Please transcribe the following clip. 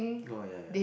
oh ya ya